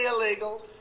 illegal